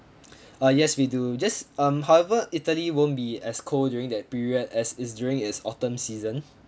uh yes we do just um however italy won't be as cold during that period as it's during its autumn season